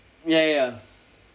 ya ya